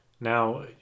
Now